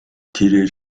тэрээр